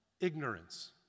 ignorance